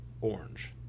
orange